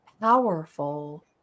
powerful